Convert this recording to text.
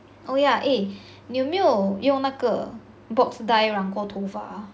oh yeah eh 你有没有用那个 box dye 染过头发 ah